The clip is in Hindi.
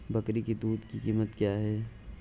बकरी की दूध की कीमत क्या है?